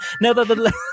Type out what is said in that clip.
Nevertheless